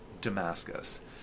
Damascus